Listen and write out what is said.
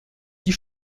die